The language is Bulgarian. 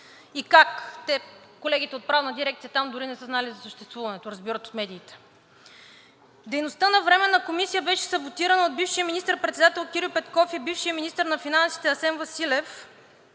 И как колегите от Правната дирекция там дори не са знаели за съществуването – разбират от медиите. Дейността на Временната комисия беше саботирана от бившия министър-председател Кирил Петков и бившия министър на финансите Асен Василев